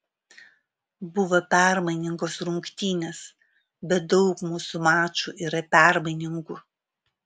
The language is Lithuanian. buvo permainingos rungtynės bet daug mūsų mačų yra permainingų